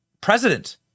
president